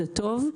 זה טוב.